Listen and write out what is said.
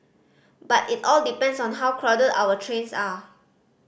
but it all depends on how crowded our trains are